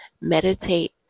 meditate